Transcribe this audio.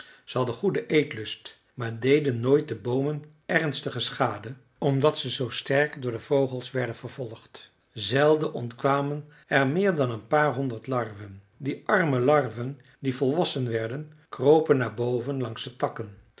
zij hadden goeden eetlust maar deden nooit de boomen ernstige schade omdat ze zoo sterk door de vogels werden vervolgd zelden ontkwamen er meer dan een paar honderd larven die arme larven die volwassen werden kropen naar boven langs de takken